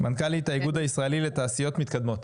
מנכ"לית האיגוד הישראלי לתעשיות מתקדמות.